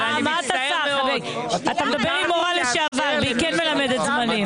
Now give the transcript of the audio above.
לא, המורה לא מלמדת זמנים.